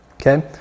Okay